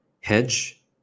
hedge